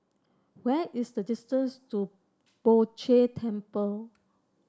where is the distance to Poh Jay Temple